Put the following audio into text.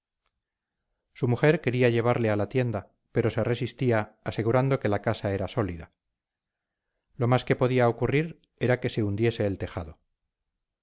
su mujer quería llevarle a la tienda pero se resistía asegurando que la casa era sólida lo más que podía ocurrir era que se hundiese el tejado